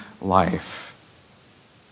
life